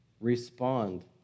Respond